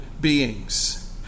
beings